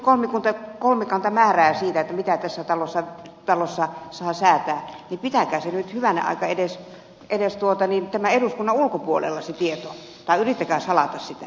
jos nyt kolmikanta määrää siitä mitä tässä talossa saa säätää niin pitäkää se tieto nyt hyvänen aika edes tämän eduskunnan ulkopuolella tai yrittäkää salata sitä